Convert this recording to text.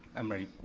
i'm ready,